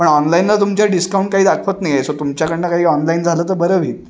पण ऑनलाईनला तुमच्या डिस्काउंट काही दाखवत नाही आहे सो तुमच्याकडनं काही ऑनलाईन झालं तर बरं होईल